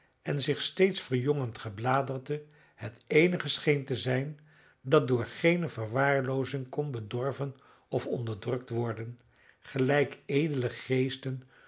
en zich steeds verjongend gebladerte het eenige scheen te zijn dat door geene verwaarloozing kon bedorven of onderdrukt worden gelijk edele geesten